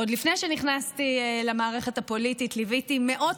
עוד לפני שנכנסתי למערכת הפוליטית ליוויתי מאות